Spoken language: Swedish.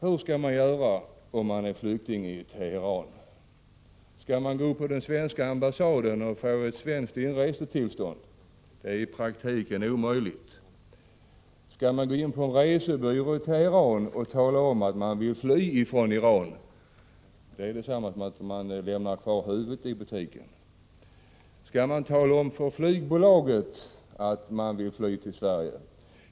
Hur skall man göra om man är flykting i Teheran? Skall man gå upp på den svenska ambassaden och få ett svenskt inresetillstånd? Det är i praktiken omöjligt. Skall man gå in på en resebyrå i Teheran och tala om att man vill fly från Iran? Det är detsamma som att lämna kvar huvudet i butiken. Skall man tala om för flygbolaget att man vill fly till Sverige?